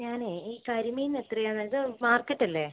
ഞാനേ ഈ കരിമീന് എത്രയാണ് ഇത് മാർക്കറ്റല്ലേ